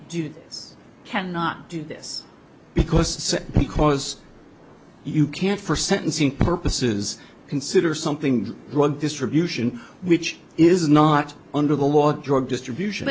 this cannot do this because it's because you can't for sentencing purposes consider something drug distribution which is not under the law drug distribution